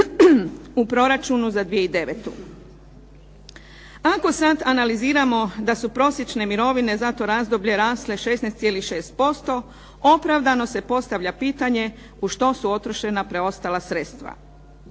u proračunu za 2009. Ako sad analiziramo da su prosječne mirovine za to razdbolje rasle 16,6% opravdano se postavlja pitanje u što su utrošena preostala sredstva.